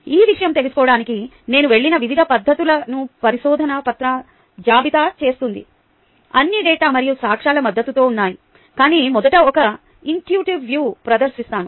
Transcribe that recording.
ఈ విషయం తెలుసుకోవడానికి నేను వెళ్ళిన వివిధ పద్ధతులను పరిశోధన పత్రం జాబితా చేస్తుంది అన్నీ డేటా మరియు సాక్ష్యాల మద్దతుతో ఉన్నాయి కాని మొదట ఒక ఇన్ట్యూటిటివ్ వ్యూ ప్రదర్శిస్తాను